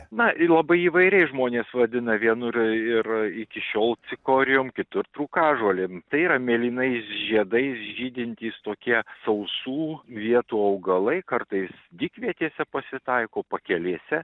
na labai įvairiai žmonės vadina vienur ir iki šiol cikorijom kitur trūkažolėm tai yra mėlynais žiedais žydintys tokie sausų vietų augalai kartais dykvietėse pasitaiko pakelėse